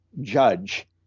judge